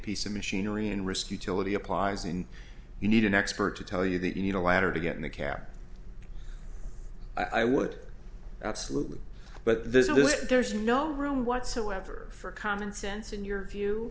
piece of machinery and risk utility applies and you need an expert to tell you that you need a ladder to get in the cap i would absolutely but there's a good there's no room whatsoever for commonsense in your view